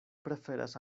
preferas